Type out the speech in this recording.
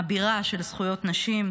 אבירה של זכויות נשים,